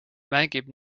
mängib